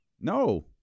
No